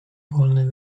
wolny